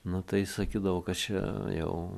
nu tai sakydavo kad čia jau